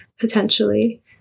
potentially